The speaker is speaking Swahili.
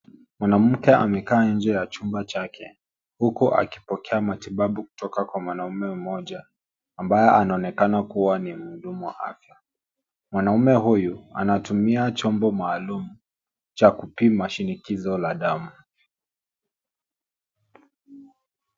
Mwanamke amekaa nje ya chumba chake huku akipokea matibabu kutoka kwa mwanaume mmoja ambaye anaonekana kuwa ni mhudumu wa afya. Mwanaume hutu anatumia chombo maalum cha kupima shinikizo la damu.